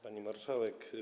Pani Marszałek!